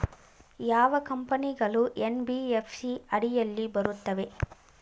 ಯಾವ ಕಂಪನಿಗಳು ಎನ್.ಬಿ.ಎಫ್.ಸಿ ಅಡಿಯಲ್ಲಿ ಬರುತ್ತವೆ?